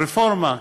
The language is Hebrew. רפורמה.